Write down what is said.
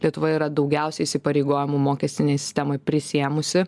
lietuva yra daugiausiai įsipareigojimų mokestinėj sistemoj prisiėmusi